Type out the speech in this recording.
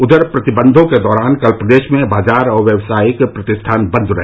उधर प्रतिबंधों के दौरान कल प्रदेश में बाजार और व्यावसायिक प्रतिष्ठान बंद रहे